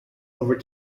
over